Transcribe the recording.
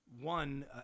one